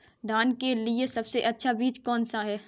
धान के लिए सबसे अच्छा बीज कौन सा है?